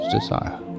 desire